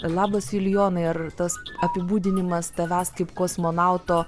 labas julijonai ar tas apibūdinimas tavęs kaip kosmonauto